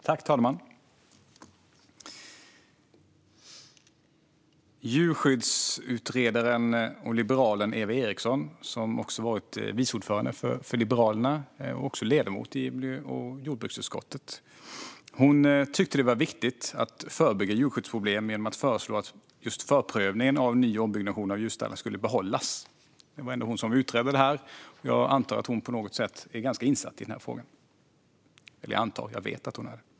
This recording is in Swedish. Fru talman! Djurskyddsutredaren och liberalen Eva Eriksson, som också varit vice ordförande för Liberalerna och ledamot i miljö och jordbruksutskottet, tyckte att det var viktigt att förebygga djurskyddsproblem genom att föreslå att just förprövningen av ombyggnationer av djurstallar skulle behållas. Det var ändå hon som utredde detta, och jag antar att hon är ganska insatt i frågan - eller, jag vet att hon är det.